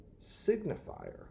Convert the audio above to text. signifier